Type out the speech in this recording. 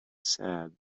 sad